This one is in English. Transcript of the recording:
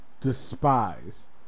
Despise